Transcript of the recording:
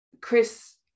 Chris